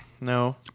No